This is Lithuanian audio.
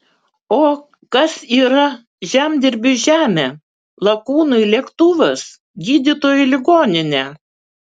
o kas yra žemdirbiui žemė lakūnui lėktuvas gydytojui ligoninė